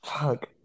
fuck